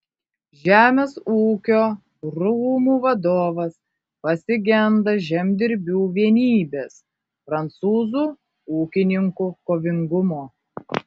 žemės ūkio rūmų vadovas pasigenda žemdirbių vienybės prancūzų ūkininkų kovingumo